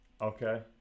Okay